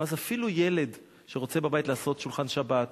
ואז אפילו ילד שרוצה בבית לעשות שולחן שבת,